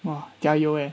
!wah! 加油诶